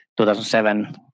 2007